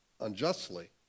unjustly